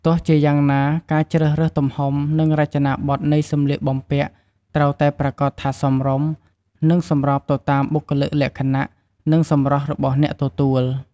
ទោះជាយ៉ាងណា ការជ្រើសរើសទំហំ និងរចនាបថនៃសម្លៀកបំពាក់ត្រូវតែប្រាកដថាសមរម្យ និងសម្របទៅតាមបុគ្គលិកលក្ខណៈ និងសម្រស់របស់អ្នកទទួល។